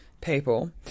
People